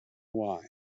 why